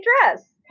dress